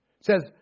says